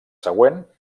següent